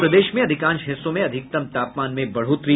और प्रदेश में अधिकांश हिस्सों में अधिकतम तापमान में बढ़ोतरी